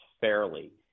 fairly